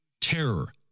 terror